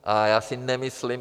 A já si nemyslím...